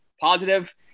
positive